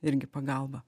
irgi pagalba